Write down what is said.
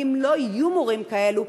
כי אם לא יהיו מורים כאלה,